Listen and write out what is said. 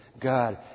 God